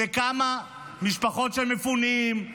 לכמה משפחות של מפונים,